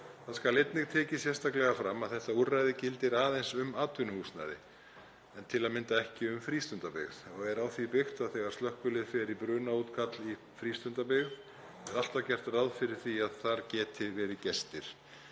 Það skal einnig tekið sérstaklega fram að þetta úrræði gildir aðeins um atvinnuhúsnæði en ekki frístundabyggð. Er á því byggt að þegar slökkvilið fer í brunaútkall í frístundabyggð er alltaf gert ráð fyrir því að það geti verið gestir